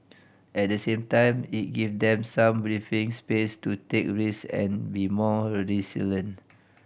at the same time it give them some breathing space to take risk and be more resilient